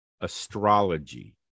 astrology